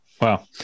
Wow